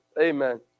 Amen